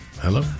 Hello